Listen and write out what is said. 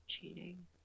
cheating